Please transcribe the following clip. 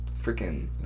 freaking